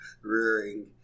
rearing